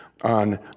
on